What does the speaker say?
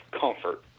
comfort